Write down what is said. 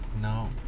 No